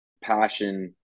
passion